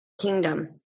kingdom